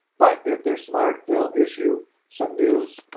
but if they're smart, they'll issue some news.